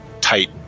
tight